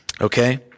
okay